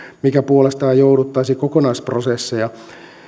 mikä puolestaan jouduttaisi kokonaisprosesseja